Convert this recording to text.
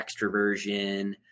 extroversion